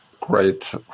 Great